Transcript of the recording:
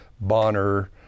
Bonner